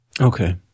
Okay